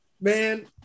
Man